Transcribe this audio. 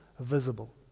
visible